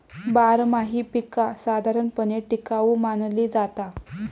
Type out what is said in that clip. बारमाही पीका साधारणपणे टिकाऊ मानली जाता